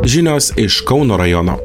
žinios iš kauno rajono